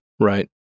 Right